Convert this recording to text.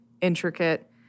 intricate